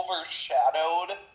overshadowed